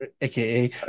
aka